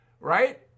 right